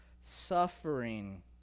suffering